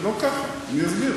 זה לא ככה, אני אסביר.